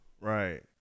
Right